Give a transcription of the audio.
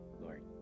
Lord